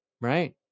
Right